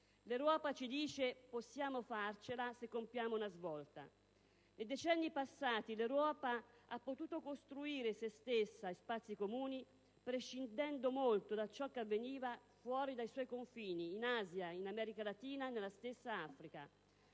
L'Europa ci dice: possiamo farcela se compiamo una svolta. Nei decenni passati l'Europa ha potuto costruire se stessa e spazi comuni prescindendo molto da ciò che avveniva fuori dai suoi confini, in Asia, in America Latina e nella stessa Africa.